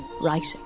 Writing